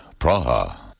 Praha